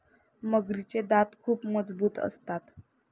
मगरीचे दात खूप मजबूत असतात